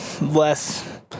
less